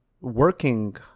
working